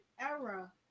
Era